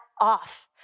off